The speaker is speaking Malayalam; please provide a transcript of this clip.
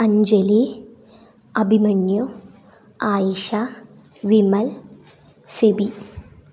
അഞ്ജലി അഭിമന്യു ആയിശാ വിമൽ സെബി